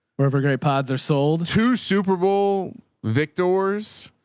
wherever great pods are sold to superbowl victors.